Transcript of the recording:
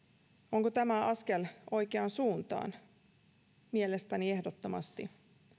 onko tämä askel oikeaan suuntaan mielestäni ehdottomasti